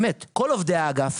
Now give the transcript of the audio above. כל עובדי האגף,